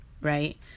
right